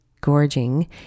gorging